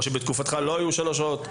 או שבתקופתך לא היו שלוש שעות?